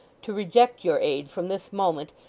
to reject your aid from this moment,